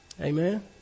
Amen